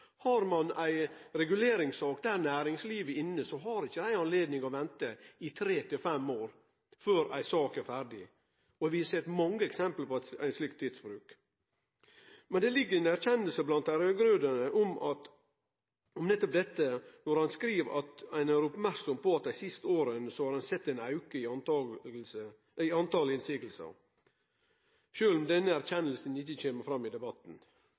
Har ein ei reguleringssak der næringslivet er inne, har ikkje dei anledning til å vente i tre til fem år før ei sak er ferdig. Vi har sett mange eksempel på ein slik tidsbruk. Det ligg ei erkjenning blant dei raud-grøne om nettopp dette, når ein skriv at ein er oppmerksam på at ein i dei siste åra har sett ein auke i talet på motsegner, sjølv om denne erkjenninga ikkje kjem fram i debatten.